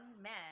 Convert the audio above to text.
men